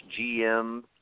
GM